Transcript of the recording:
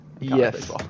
Yes